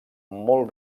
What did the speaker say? molt